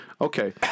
Okay